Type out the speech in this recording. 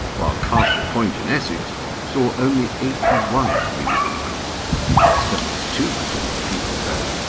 while castle point in essex saw only eighty one new immigrants. but seventy two percent of people there,